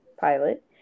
pilot